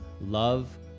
Love